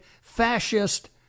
fascist